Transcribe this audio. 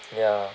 ya